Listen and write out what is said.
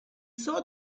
saw